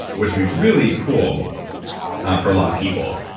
which would be really cool for a lot of people.